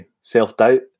self-doubt